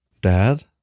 Dad